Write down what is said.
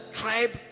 tribe